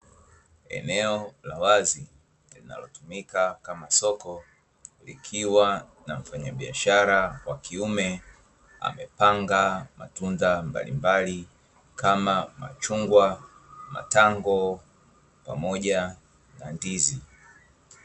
Eneo la wazi linalotumika kama soko likiwa na mfanyabiashara wa kiume amepanga matunda mbalimbali kama: machungwa, matango, pamoja na ndizi.